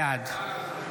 בעד.